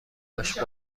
باش